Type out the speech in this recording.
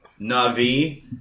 Navi